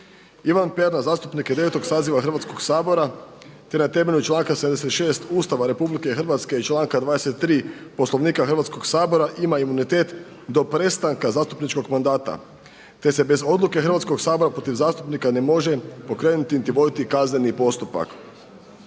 Ivan Pernar zastupnik je 9. saziva Hrvatskog sabora, te na temelju članka 76. Ustava Republike Hrvatske i članka 23. Poslovnika Hrvatskog sabora ima imunitet do prestanka zastupničkog mandata, te se bez odluke Hrvatskog sabora protiv zastupnika ne može pokrenuti, niti voditi kazneni postupak.